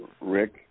rick